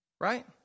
right